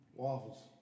waffles